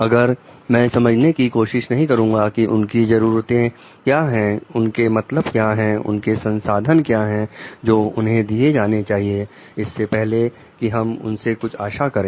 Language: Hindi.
अगर मैं समझने की कोशिश नहीं करूंगा कि उनकी जरूरतें क्या है उनके मतलब क्या है उनके संसाधन क्या है जो उन्हें दिए जाने चाहिए इससे पहले कि हम उनसे कुछ आशा करें